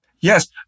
yes